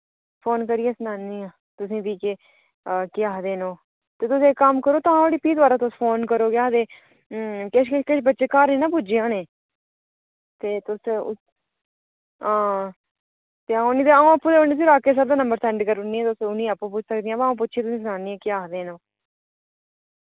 phone करियै सनान्नी आं तुसें फ्ही केह् केह् आखदे न ओह् ते तुस इक कम्म करो तां धोड़ी फ्ही दोबारा तुस फोन करो केह् आखदे किश किश किश बच्चे घर निं ना पुज्जे होने ते तुस हां ते अ'ऊं निं ते अ'ऊं आपूं देई ओड़नी फिर राकेश सर दा नंबर सैंड्ड कर उड़नी तुस उ'नें गी आपूं पुच्छी सकदे ओ बा अ'ऊं पुच्छियै तुसें गी सनान्नी आं केह् आखदे न ओह्